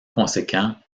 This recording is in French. conséquent